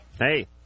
Hey